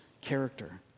character